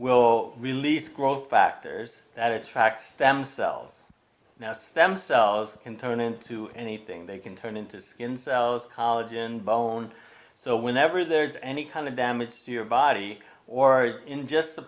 will release growth factors that attracts themselves themselves can turn into anything they can turn into skin cells college and bone so whenever there's any kind of damage to your body or in just the